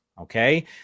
Okay